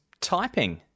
typing